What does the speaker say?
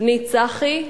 בני צחי,